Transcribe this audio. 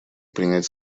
принять